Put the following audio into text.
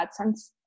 AdSense